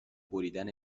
بریدن